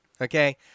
Okay